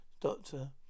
Doctor